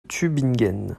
tübingen